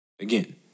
again